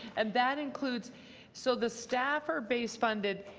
and that includes so the staff are base funded.